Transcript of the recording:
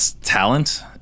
talent